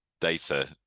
data